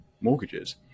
mortgages